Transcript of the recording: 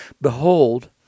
Behold